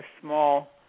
small